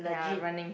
ya running